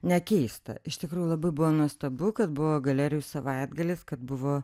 nekeista iš tikrųjų labai buvo nuostabu kad buvo galerijų savaitgalis kad buvo